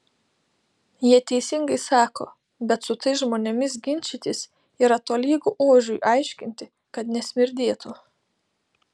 jie teisingai sako bet su tais žmonėmis ginčytis yra tolygu ožiui aiškinti kad nesmirdėtų